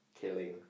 killing